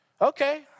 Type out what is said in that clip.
Okay